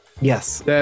Yes